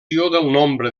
nombre